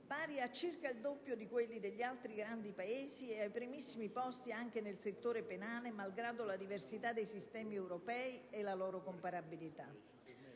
pari a circa il doppio di quella degli altri grandi Paesi e ai primissimi posti anche nel settore penale, malgrado la diversità dei sistemi europei e le problematiche